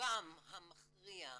רובם המכריע אקדמאים,